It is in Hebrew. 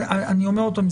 אבל אני אומר עוד פעם,